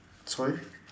sorry